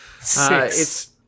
Six